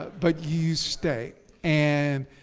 but you stay. and